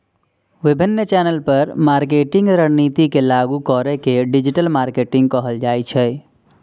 विभिन्न चैनल पर मार्केटिंग रणनीति के लागू करै के डिजिटल मार्केटिंग कहल जाइ छै